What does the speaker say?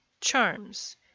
Charms